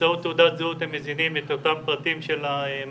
באמצעות תעודת זהות הם מזינים את אותם פרטים של המאבטח